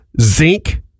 zinc